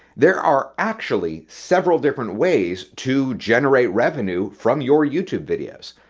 there are actually several different ways to generate revenue from your youtube videos.